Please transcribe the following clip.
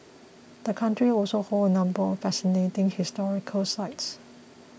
the country also holds a number of fascinating historical sites